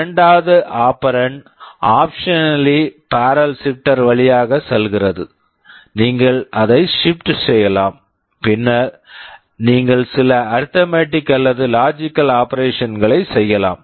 இரண்டாவது operand operand optionally optionally barrel barrel shifter shifter வழியாக செல்கிறது நீங்கள் அதை ஷிப்ட் shift செய்யலாம் பின்னர் நீங்கள் சில அரித்மெட்டிக் arithmetic அல்லது லாஜிக் logic ஆப்பரேஷன்ஸ் operations களை செய்யலாம்